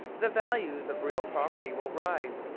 the values of real property will rise,